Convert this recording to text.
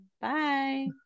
Bye